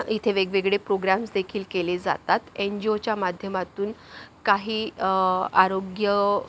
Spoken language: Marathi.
इथे वेगवेगळे प्रोग्रॅम्सदेखील केले जातात एन जी ओच्या माध्यमातून काही आरोग्य